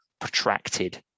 protracted